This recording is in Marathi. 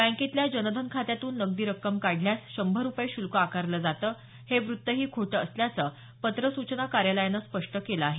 बँकेतल्या जनधन खात्यातून नगदी रक्कम काढल्यास शंभर रुपये शुल्क आकारलं जातं हे वृत्तही खोटं असल्याचं पत्र सूचना कार्यालयानं स्पष्ट केलं आहे